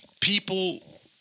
People